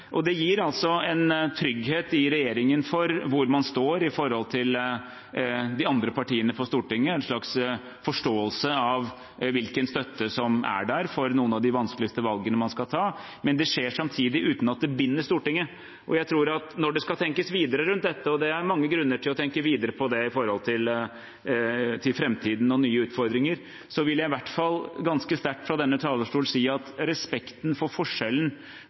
Det gir altså en trygghet i regjeringen for hvor man står i forhold til de andre partiene på Stortinget, en slags forståelse av hvilken støtte som er der for noen av de vanskeligste valgene man skal ta, men det skjer samtidig uten at det binder Stortinget. Jeg tror at når det skal tenkes videre rundt dette – og det er mange grunner til å tenke videre på det med tanke på framtiden og nye utfordringer – vil jeg i hvert fall ganske sterkt fra denne talerstol si at respekten for forskjellen